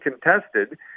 contested